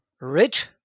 rich